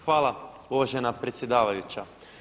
Hvala uvažena predsjedavajuća.